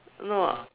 no ah